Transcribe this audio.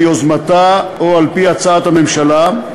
ביוזמתה או על-פי הצעת הממשלה,